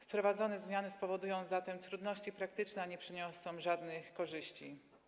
Wprowadzone zmiany spowodują zatem trudności praktyczne, a nie przyniosą żadnych korzyści.